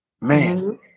Man